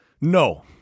No